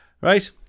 Right